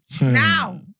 now